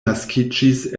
naskiĝis